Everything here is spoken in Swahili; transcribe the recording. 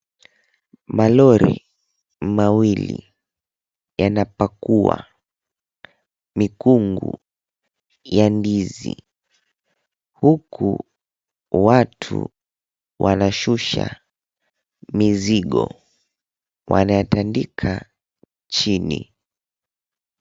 Malori mawili yanapakua mikungu ya ndizi, huku watu wanashusha mizigo wanayatandika chini.